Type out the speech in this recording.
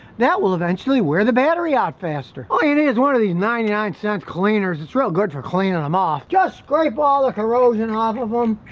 that will eventually wear the battery out faster, all you need is one of these ninety nine cent cleaners it's real good for cleaning them off, just scrape all the corrosion off of them,